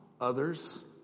others